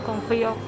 Confío